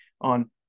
on